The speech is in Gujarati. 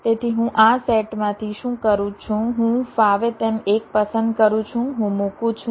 તેથી હું આ સેટમાંથી શું કરું છું હું ફાવે તેમ એક પસંદ કરું છું હું મૂકું છું